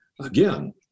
Again